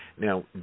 Now